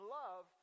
love